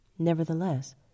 Nevertheless